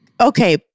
Okay